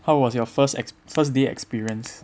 how was your first ex~ first day experience